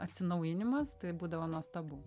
atsinaujinimas tai būdavo nuostabu